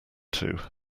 two